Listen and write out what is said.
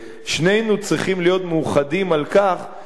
שנינו צריכים להיות מאוחדים בכך שאלו